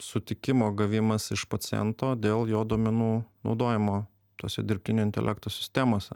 sutikimo gavimas iš paciento dėl jo duomenų naudojimo tose dirbtinio intelekto sistemose